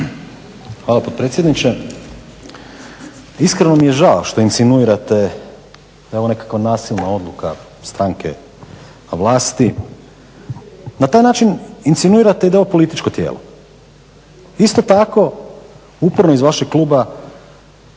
Hvala potpredsjedniče. Iskreno mi je žao što insinuirate da je ovo nekakva nasilna odluka stranke na vlasti, na taj način insinuirate da je ovo političko tijelo. Isto tako uporno iz vašeg kluba